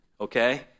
okay